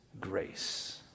grace